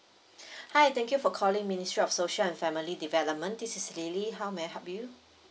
hi thank you for calling ministry of social and family development this is lily how may I help you